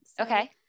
Okay